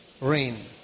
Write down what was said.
rain